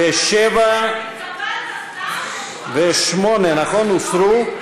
67 ו-68 הוסרו,